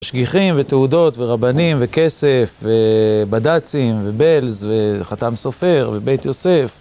משגיחים, ותעודות, ורבנים, וכסף, ובד"צים, ובלז, וחתם סופר, ובית יוסף.